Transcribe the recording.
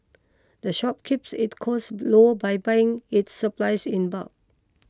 the shop keeps it costs low by buying its supplies in bulk